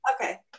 Okay